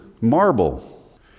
Marble